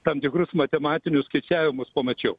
tam tikrus matematinius skaičiavimus pamačiau